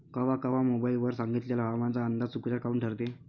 कवा कवा मोबाईल वर सांगितलेला हवामानाचा अंदाज चुकीचा काऊन ठरते?